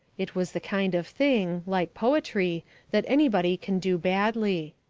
it was the kind of thing like poetry that anybody can do badly.